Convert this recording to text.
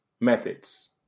methods